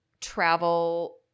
travel